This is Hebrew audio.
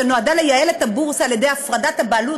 שנועדה לייעל את הבורסה על-ידי הפרדת הבעלות